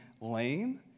lame